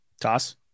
Toss